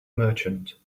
merchant